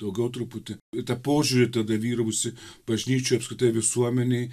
daugiau truputį į tą požiūrį tada vyravusį bažnyčių ir apskritai visuomenėj